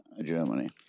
germany